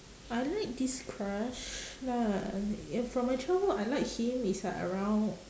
I like this crush ya from my childhood I like him is like around